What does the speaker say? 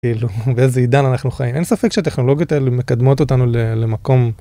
כאילו באיזה עידן אנחנו חיים אין ספק שהטכנולוגיות אלה מקדמות אותנו למקום.